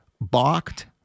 balked